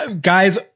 guys